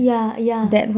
yeah yeah